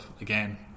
again